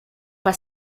pas